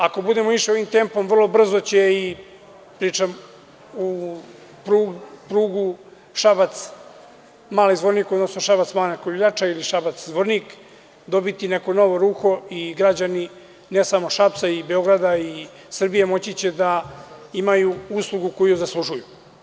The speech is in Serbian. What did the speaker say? Ako budemo išli ovim tempom vrlo brzo će, pričam o pruzi Šabac-Mali Zvornik, odnosno Šabac-Banja Koviljača ili Šabac-Zvornik dobiti neko novo ruho i građani ne samo Šapca i Beograda i Srbije moći će da imaju uslugu koju zaslužuju.